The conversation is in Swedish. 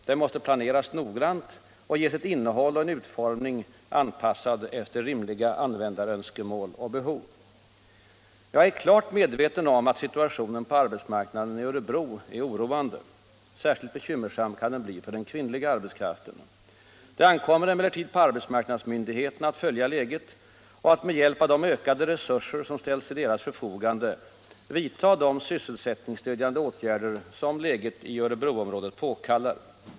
Den måste planeras noggrant och ges ett innehåll och en utformning, anpassad efter rimliga användarönskemål och behov. Jag är klart medveten om att situationen på arbetsmarknaden i Örebro är oroande. Särskilt bekymmersam kan den bli för den kvinnliga arbetskraften. Det ankommer emellertid på arbetsmarknadsmyndigheterna att följa läget och att med hjälp av de ökade resurser som ställts till deras förfogande vidta de sysselsättningsstödjande åtgärder som läget i Örebroområdet påkallar.